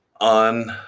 on